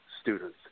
students